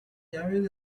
llaves